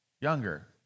younger